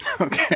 Okay